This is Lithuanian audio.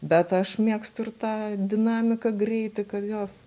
bet aš mėgstu ir tą dinamiką greitį kad jos